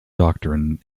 doctrine